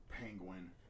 Penguin